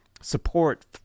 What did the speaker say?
support